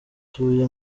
atuye